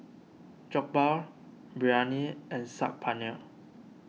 Jokbal Biryani and Saag Paneer